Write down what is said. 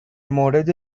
مورد